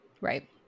Right